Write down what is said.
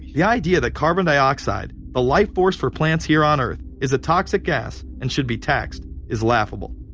the idea that carbon dioxide, the life force for plants here on earth, is a toxic gas and should be taxed, is laughable.